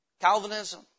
Calvinism